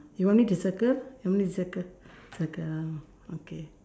you want me to circle you want me to circle circle ah okay